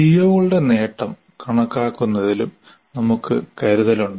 സിഒകളുടെ നേട്ടം കണക്കാക്കുന്നതിലും നമുക്ക് കരുതലുണ്ട്